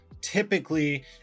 typically